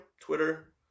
Twitter